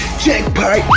jackpot!